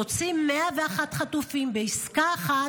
תוציא 101 חטופים בעסקה אחת,